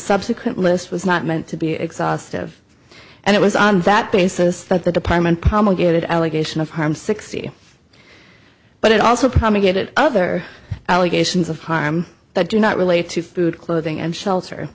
subsequent list was not meant to be exhaustive and it was on that basis that the department promulgated allegation of harm sixty but it also promulgated other allegations of harm that do not relate to food clothing and shelter